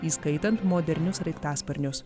įskaitant modernius sraigtasparnius